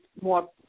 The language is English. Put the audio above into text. more